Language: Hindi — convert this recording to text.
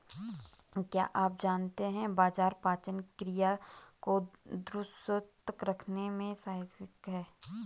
क्या आप जानते है बाजरा पाचन क्रिया को दुरुस्त रखने में सहायक हैं?